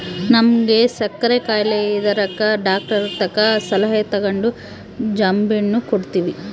ನಮ್ವಗ ಸಕ್ಕರೆ ಖಾಯಿಲೆ ಇರದಕ ಡಾಕ್ಟರತಕ ಸಲಹೆ ತಗಂಡು ಜಾಂಬೆಣ್ಣು ಕೊಡ್ತವಿ